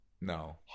No